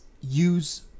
use